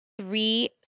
three